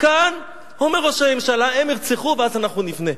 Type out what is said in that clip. כאן אומר ראש הממשלה: הם ירצחו ואז אנחנו נבנה.